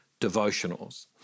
Devotionals